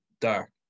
dark